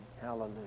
hallelujah